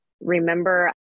remember